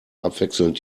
abwechselnd